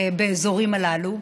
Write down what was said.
באזורים הללו,